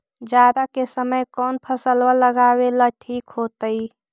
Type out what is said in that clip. जाड़ा के समय कौन फसल लगावेला ठिक होतइ?